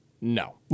no